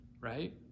right